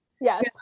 Yes